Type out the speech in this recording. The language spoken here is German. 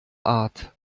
art